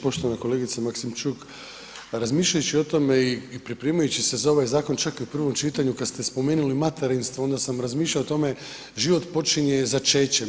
Poštovana kolegice Maksimčuk, razmišljajući o tome i pripremajući se za ovaj zakon, čak i u prvom čitanju kad ste spomenuli materinstvo onda sam razmišljao o tome, život počinje začećem.